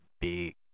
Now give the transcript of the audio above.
big